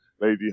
lady